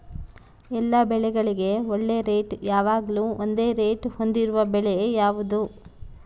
ಎಲ್ಲ ಬೆಳೆಗಳಿಗೆ ಒಳ್ಳೆ ರೇಟ್ ಯಾವಾಗ್ಲೂ ಒಂದೇ ರೇಟ್ ಹೊಂದಿರುವ ಬೆಳೆ ಯಾವುದು?